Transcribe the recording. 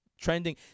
trending